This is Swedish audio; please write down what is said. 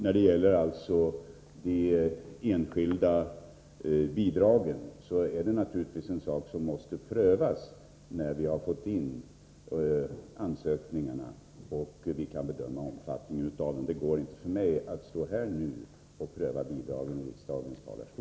När det gäller de enskilda bidragen är det naturligtvis en sak som måste prövas när vi fått in ansökningarna och kan bedöma omfattningen. Det går inte för mig att stå här i riksdagens talarstol och pröva bidragen.